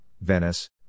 Venice